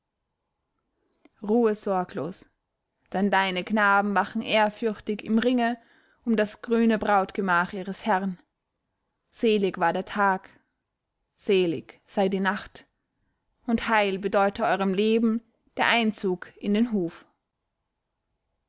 ruhe sorglos denn deine knaben wachen ehrfürchtig im ringe um das grüne brautgemach ihres herrn selig war der tag selig sei die nacht und heil bedeute eurem leben der einzug in den hof